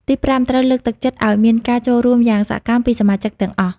ទីប្រាំ ត្រូវ លើកទឹកចិត្តឲ្យមានការចូលរួមយ៉ាងសកម្ម ពីសមាជិកទាំងអស់។